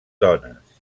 dones